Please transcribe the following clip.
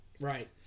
right